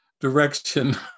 direction